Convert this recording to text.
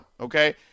Okay